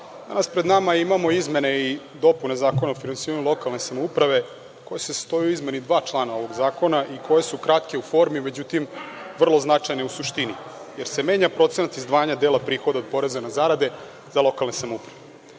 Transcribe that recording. danas pred nama imamo izmene i dopune Zakona o finansiranju lokalne samouprave, koje se sastoje u izmeni dva člana ovog zakona i koje su kratkoj formi, međutim vrlo značajne u suštini, jer se menja procenat izdvajanja dela prihoda od poreza na zarade za lokalne samouprave. Predlaže